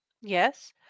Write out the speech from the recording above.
Yes